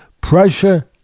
pressure